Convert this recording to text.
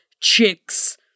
Chick's